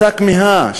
אותה כמיהה,